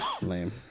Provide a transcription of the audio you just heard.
lame